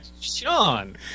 Sean